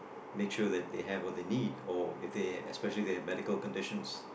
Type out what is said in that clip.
make sure that they have what they need or if they especially if they have medical conditions